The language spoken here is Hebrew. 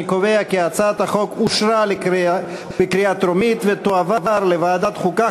אני קובע כי הצעת החוק אושרה בקריאה טרומית ותועבר לוועדת חוקה,